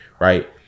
right